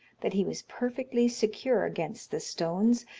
that he was perfectly secure against the stones,